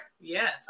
Yes